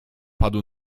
padł